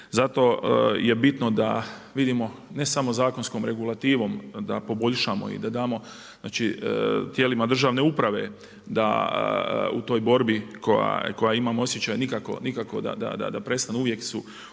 zato je bitno da vidimo, ne samo zakonskom regulativom, da poboljšamo i da damo tijelima državne uprave da u toj borbi, koja imam osjećaj, nikako da prestanu. Uvijek su nekakvi